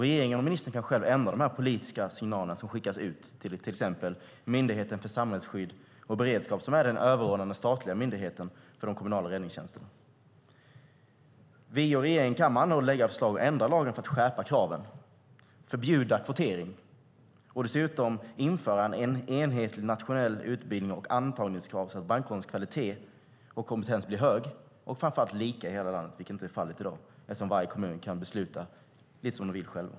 Regeringen och ministern kan själva ändra de politiska signaler som skickas ut till exempel till Myndigheten för samhällsskydd och beredskap, som är den överordnade statliga myndigheten för de kommunala räddningstjänsterna. Vi och regeringen kan med andra ord lägga fram förslag för att ändra lagen, skärpa kraven och förbjuda kvotering. Dessutom kan vi införa en enhetlig nationell utbildning med antagningskrav så att brandkårens kvalitet och kompetens blir hög och framför allt lika i hela landet, vilket inte är fallet i dag eftersom varje kommun kan besluta lite som den vill själv.